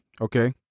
Okay